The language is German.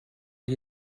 die